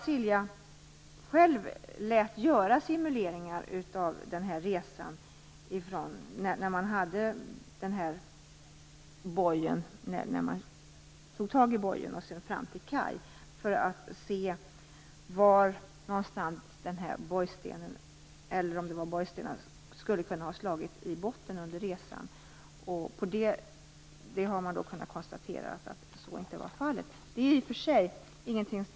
Silja Line lät själv göra simuleringar av resan när fartyget tog med bojen fram till kaj, för att se var bojstenen skulle ha kunnat slå i botten under resan. Man kunde då konstatera att detta inte hade inträffat.